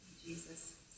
Jesus